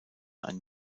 ein